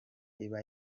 iba